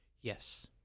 yes